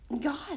God